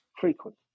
frequent